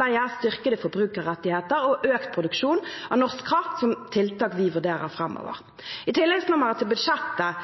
forbrukerrettigheter og økt produksjon av norsk kraft, som er tiltak vi vurderer framover. I tilleggsnummeret til budsjettet